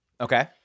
Okay